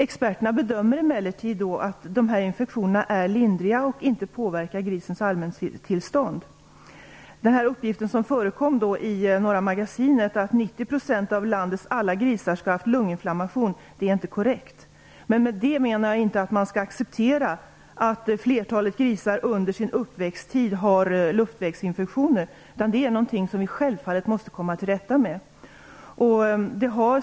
Experterna bedömer emellertid att dessa infektioner är lindriga och inte påverkar grisens allmäntillstånd. Den uppgift som förekom i Norra magasinet om att 90 % av landets alla grisar har haft lunginflammation är inte korrekt. Men jag menar därmed inte att man skall acceptera att flertalet grisar under sin uppväxttid har luftvägsinfektioner. Det måste vi självfallet komma till rätta med.